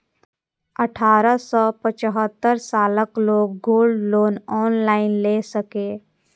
अठारह सं पचहत्तर सालक लोग गोल्ड लोन ऑनलाइन लए सकैए